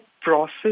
process